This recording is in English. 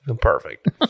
Perfect